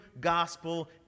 gospel